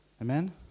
Amen